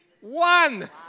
one